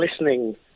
listening